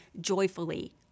joyfully